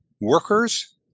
Workers